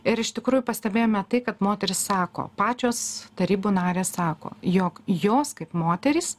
ir iš tikrųjų pastebėjome tai kad moterys sako pačios tarybų narės sako jog jos kaip moterys